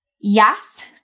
yes